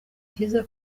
byiza